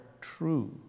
true